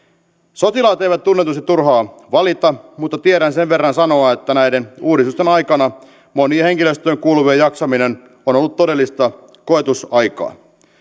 sotilaat eivät tunnetusti turhaan valita mutta tiedän sen verran sanoa että näiden uudistusten aikana monien henkilöstöön kuuluvien jaksaminen on ollut todellista koetusaikaa